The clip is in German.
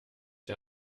der